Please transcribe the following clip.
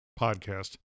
podcast